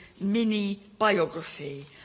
mini-biography